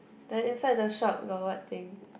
then inside the shop got what thing